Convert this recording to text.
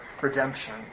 redemption